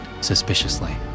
suspiciously